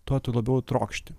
tuo tu labiau trokšti